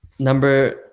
Number